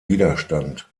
widerstand